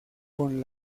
con